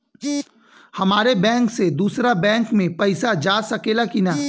हमारे बैंक से दूसरा बैंक में पैसा जा सकेला की ना?